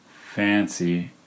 fancy